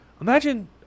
Imagine